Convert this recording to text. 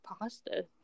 pasta